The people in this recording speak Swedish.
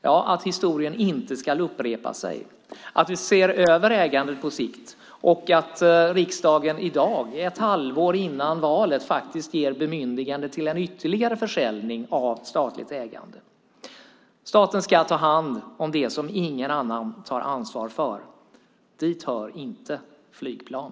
Ja, det är att historien inte ska upprepa sig, att vi ser över ägandet på sikt och att riksdagen i dag, ett halvår före valet, faktiskt ger bemyndigande till en ytterligare försäljning av statligt ägande. Staten ska ta hand om det som ingen annan tar ansvar för. Dit hör inte flygplan.